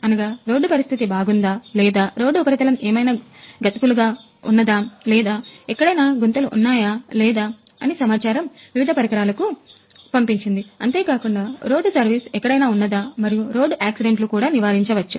అనగా రోడ్డు పరిస్థితి బాగుందా లేదా రోడ్డు ఉపరితలము ఏమైనా గతుకులు గా ఉన్నదా లేదా ఎక్కడైనా గుంతలు ఎక్కడైనా ఉన్నదా మరియు రోడ్ యాక్సిడెంట్ లు కూడా నివారించవచ్చు